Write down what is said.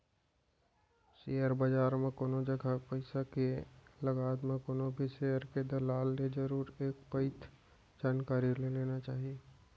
share बजार म कोनो जगा पइसा के लगात म कोनो भी सेयर के दलाल ले जरुर एक पइत जानकारी ले लेना चाही